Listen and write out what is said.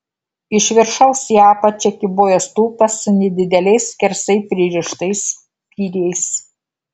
iš viršaus į apačią kybojo stulpas su nedideliais skersai pririštais spyriais